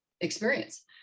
experience